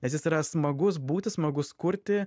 nes jis yra smagus būti smagus kurti